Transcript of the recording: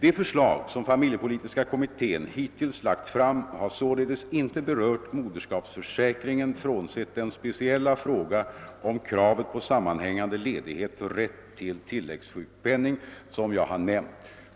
De förslag som familjepolitiska kommittén hittills lagt fram har således inte berört moderskapsförsäkringen, frånsett den speciella fråga om kravet på sammanhängande ledighet för rätt till tillläggssjukpenning som jag har nämnt.